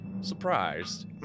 surprised